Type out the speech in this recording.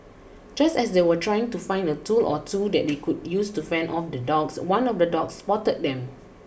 just as they were trying to find a tool or two that they could use to fend off the dogs one of the dogs spotted them